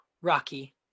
Rocky